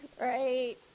right